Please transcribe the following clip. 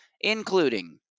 including